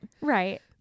Right